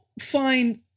find